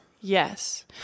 Yes